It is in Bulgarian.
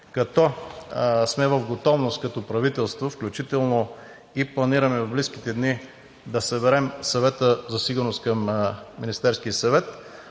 В готовност сме като правителство, включително и планираме в близките дни да съберем Съвета за сигурност към Министерския съвет,